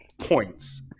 points